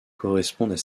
correspondent